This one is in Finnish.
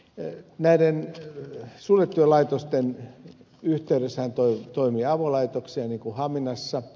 näiden suljettujen laitosten yhteydessähän toimii avolaitoksia niin kuin haminassa